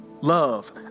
love